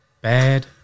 Bad